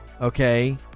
okay